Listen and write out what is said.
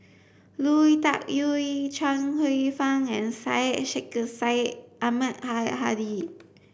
Lui Tuck Yew Chuang Hsueh Fang and Syed Sheikh Syed Ahmad Al Hadi